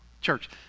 Church